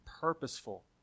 purposeful